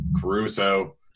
Caruso